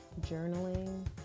journaling